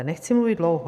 Nechci mluvit dlouho.